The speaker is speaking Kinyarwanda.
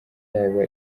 yaba